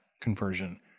conversion